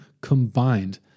combined